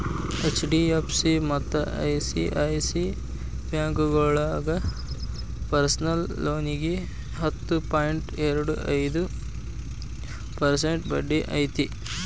HDFC ಮತ್ತ ICICI ಬ್ಯಾಂಕೋಳಗ personal ಲೋನಿಗಿ ಹತ್ತು ಪಾಯಿಂಟ್ ಎರಡು ಐದು ಪರ್ಸೆಂಟ್ ಬಡ್ಡಿ ಐತಿ